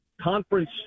conference